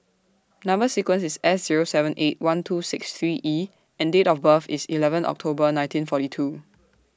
Number sequence IS S Zero seven eight one two six three E and Date of birth IS eleven October nineteen forty two